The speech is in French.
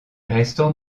restants